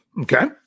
Okay